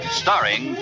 starring